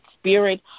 spirit